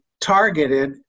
targeted